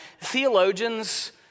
theologians